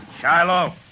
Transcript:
Shiloh